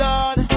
Lord